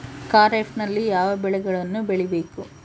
ಖಾರೇಫ್ ನಲ್ಲಿ ಯಾವ ಬೆಳೆಗಳನ್ನು ಬೆಳಿಬೇಕು?